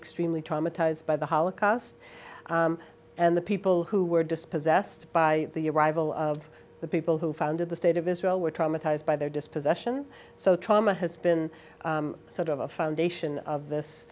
extremely traumatized by the holocaust and the people who were dispossessed by the arrival of the people who founded the state of israel were traumatized by their dispossession so trauma has been sort of a foundation of this